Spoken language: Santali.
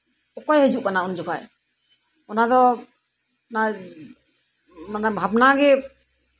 ᱚᱠᱚᱭᱮ ᱦᱤᱡᱩᱜ ᱠᱟᱱᱟ ᱩᱱ ᱡᱚᱠᱷᱚᱱ ᱚᱱᱟ ᱫᱚ ᱢᱟᱱᱮ ᱵᱷᱟᱵᱽᱱᱟᱜᱮ